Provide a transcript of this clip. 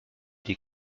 des